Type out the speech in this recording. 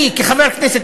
אני כחבר כנסת,